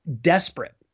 desperate